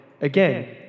Again